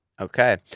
Okay